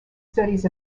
studies